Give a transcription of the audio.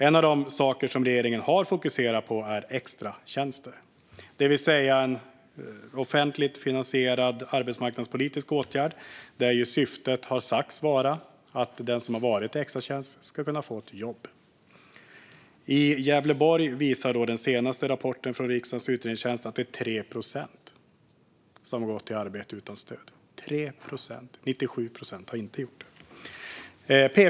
En av de saker som regeringen har fokuserat på är extratjänster, en offentligt finansierad arbetspolitisk åtgärd, vars syfte har sagts vara att den som har haft en extratjänst ska kunna få ett jobb. Den senaste rapporten från riksdagens utredningstjänst visar att i Gävleborg har 3 procent gått till arbete utan stöd - 97 procent har inte gjort det.